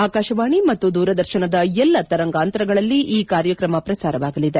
ಆಕಾಶವಾಣಿ ಮತ್ತು ದೂರದರ್ಶನದ ಎಲ್ಲಾ ತರಂಗಾಂತರಗಳಲ್ಲಿ ಈ ಕಾರ್ಯಕ್ರಮ ಪ್ರಸಾರವಾಗಲಿದೆ